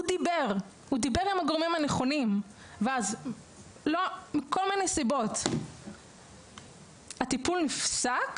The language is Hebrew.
הוא דיבר עם הגורמים הנכונים ואז מכל מיני סיבות הטיפול נפסק,